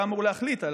אתה אמור להחליט על